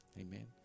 Amen